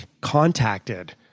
contacted